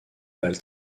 ball